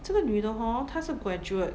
这个女的 hor 她是 graduate